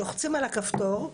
אם לוחצים על הכפתור,